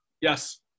Yes